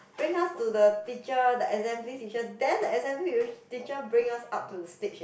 bring us to the teacher the assembly teacher then the assembly teacher bring us up to the stage um